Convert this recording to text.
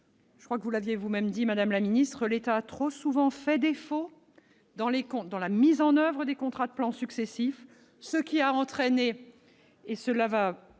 Je crois que vous l'avez vous-même dit, madame la ministre : l'État a trop souvent fait défaut dans la mise en oeuvre des contrats de plan successifs, ce qui a entraîné- plusieurs